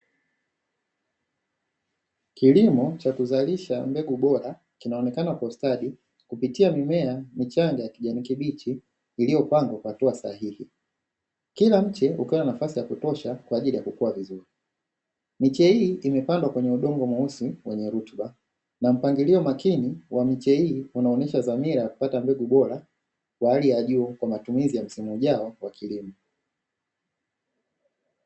Eneo la kuzalisha mbegu bora linaonekana kwa stadi kupitia mimea michanga ya kijani kibichi iliyopangwa kwa mpangilio sahihi. Kila mche ukiwa na nafasi ya kutosha kwa ajili ya kukua vizuri. Miche hii imepandwa kwenye udongo mweusi wenye rutuba, na mpangilio makini wa miche hii unaonyesha dhamira ya kupata mbegu bora za hali ya juu kwa matumizi ya msimu ujao kwa kilimo.